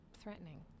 threatening